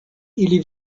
ili